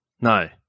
No